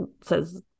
says